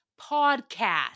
podcast